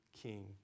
king